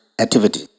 activity